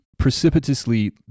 precipitously